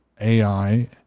AI